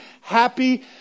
happy